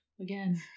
again